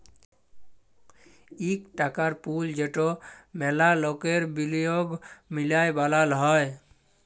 ইক টাকার পুল যেট ম্যালা লকের বিলিয়গ মিলায় বালাল হ্যয়